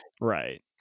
Right